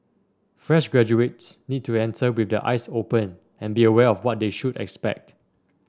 fresh graduates need to enter with their eyes open and be aware of what they should expect